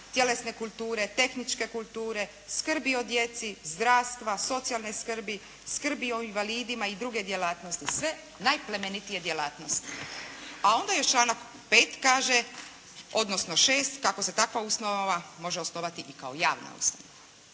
tjelesne kulture, tehničke kulture, skrbi o djeci, zdravstva, socijalne skrbi, skrbi o invalidima i druge djelatnosti. Sve najplemenitije djelatnosti, a onda još članak 5. kaže, odnosno 6. kako se takva ustanova može osnovati i kao javna ustanova